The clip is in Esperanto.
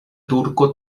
turko